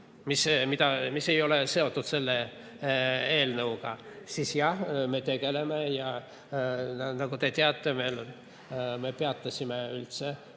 mis ei ole seotud selle eelnõuga – jah, me tegeleme nendega. Nagu te teate, me peatasime üldse